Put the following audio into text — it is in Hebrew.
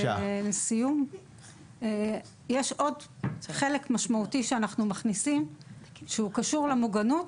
יש עוד חלק משמעותי שאנחנו מכניסים שקשור למוגנות,